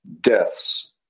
deaths